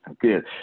Good